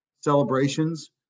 celebrations